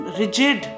rigid